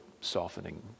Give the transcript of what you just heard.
softening